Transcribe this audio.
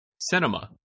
Cinema